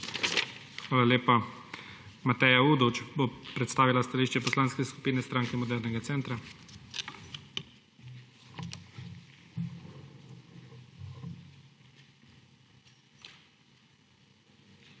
Hvala lepa. Mateja Udovč bo predstavila stališče Poslanske skupine Stranke modernega centra. **MATEJA